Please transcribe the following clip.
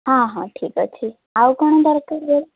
ହଁ ହଁ ଠିକ୍ ଅଛି ଆଉ କ'ଣ ଦରକାର